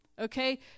Okay